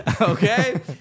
Okay